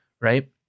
right